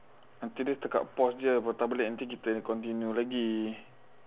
nanti dia setakat pause je patah balik nanti kita continue lagi